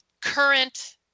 current